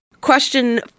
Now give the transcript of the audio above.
Question